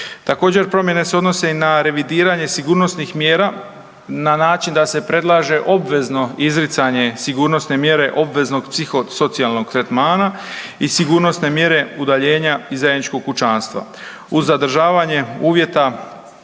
Također promjene se odnose na revidiranje sigurnosnih mjera na način da se predlaže obvezno izricanje sigurnosne mjere obveznog psihosocijalnog tretmana i sigurnosne mjere udaljenja iz zajedničkog kućanstva uz zadržavanje uvjeta